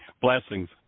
Blessings